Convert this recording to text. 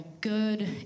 good